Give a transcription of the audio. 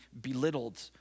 belittled